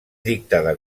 dictada